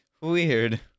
Weird